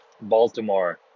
baltimore